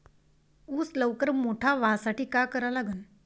ऊस लवकर मोठा व्हासाठी का करा लागन?